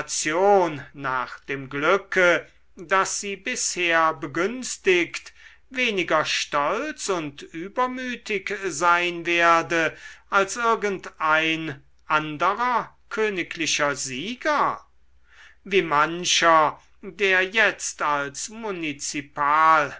nach dem glücke das sie bisher begünstigt weniger stolz und übermütig sein werde als irgendein anderer königlicher sieger wie mancher der jetzt als